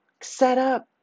setup